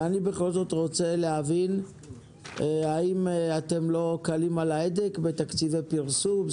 ואני בכל זאת רוצה להבין האם אתם לא קלים על ההדק בתקציבי פרסום,